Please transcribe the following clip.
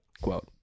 quote